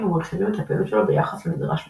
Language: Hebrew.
ומרחיבים את הפעילות שלו ביחס לנדרש בתקן.